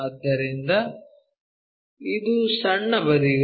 ಆದ್ದರಿಂದ ಇದು ಸಣ್ಣ ಬದಿಗಳು